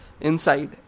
inside